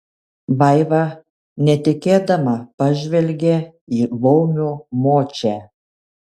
vaiva netikėdama pažvelgė į laumių močią